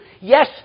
Yes